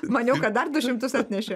maniau kad dar du šimtus atnešė